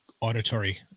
auditory